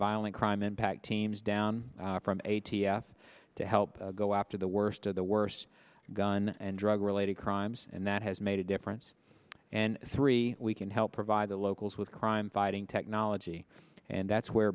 violent crime impact teams down a t f to help go after the worst of the worst gun and drug related crimes and that has made a difference and three we can help provide the locals with crime fighting technology and that's where